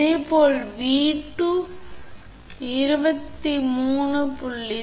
இதேபோல் 𝑉2 சமம் 23